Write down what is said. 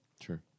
Sure